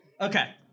Okay